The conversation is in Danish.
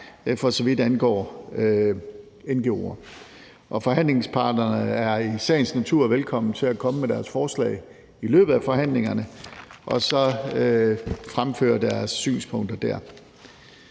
for så vidt angår ngo'er. Forhandlingsparterne er i sagens natur velkommen til at komme med deres forslag i løbet af forhandlingerne og fremføre deres synspunkter dér.